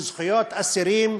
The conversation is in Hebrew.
בזכויות אסירים,